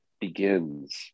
begins